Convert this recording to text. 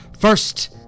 First